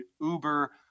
Uber